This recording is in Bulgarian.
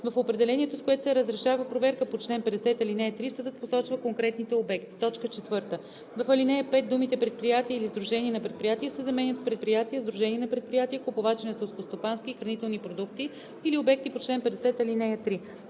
В определението, с което се разрешава проверка по чл. 50, ал. 3, съдът посочва конкретните обекти.“ 4. В ал. 5 думите „предприятия или сдружения на предприятия“ се заменят с „предприятия, сдружения на предприятия, купувачи на селскостопански и хранителни продукти или обекти по чл. 50, ал. 3“.